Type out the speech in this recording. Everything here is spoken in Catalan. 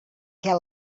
què